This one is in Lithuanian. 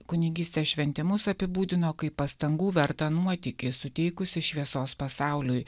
kunigystės šventimus apibūdino kaip pastangų vertą nuotykį suteikusį šviesos pasauliui